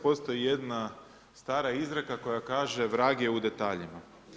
Postoji jedna stara izreka koja kaže vrag je u detaljima.